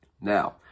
now